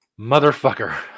motherfucker